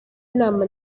inama